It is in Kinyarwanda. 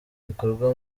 rikorwa